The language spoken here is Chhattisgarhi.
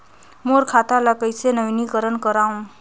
मोर खाता ल कइसे नवीनीकरण कराओ?